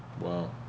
Wow